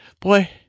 boy